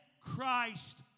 Christ